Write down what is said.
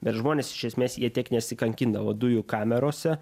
bet žmonės iš esmės jie tiek nesikankindavo dujų kamerose